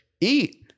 eat